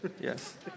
Yes